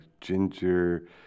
ginger